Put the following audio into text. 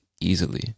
easily